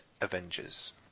Avengers